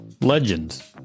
Legends